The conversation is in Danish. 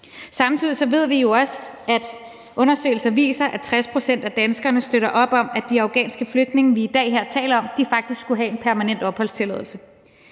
Samtidig ved vi jo også, at undersøgelser viser, at 60 pct. af danskerne støtter op om, at de afghanske flygtninge, vi i dag her taler om, faktisk skulle have en permanent opholdstilladelse.